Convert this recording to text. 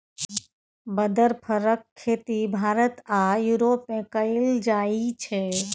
बदर फरक खेती भारत आ युरोप मे कएल जाइ छै